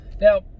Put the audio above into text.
now